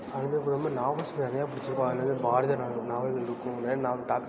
அது மட்டும் இல்லாமல் நாவல்ஸ் நிறையா படிச்சிருக்கோம் அதில் வந்து பாரதியார் நாவல் நாவல் இருக்கும் அதுமாதிரி நா டாக்